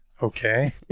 Okay